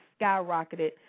skyrocketed